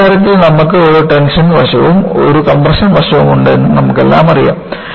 വളയുന്ന കാര്യത്തിൽ നമുക്ക് ഒരു ടെൻഷൻ വശവും ഒരു കംപ്രഷൻ വശമുണ്ട് എന്ന് നമുക്കെല്ലാം അറിയാം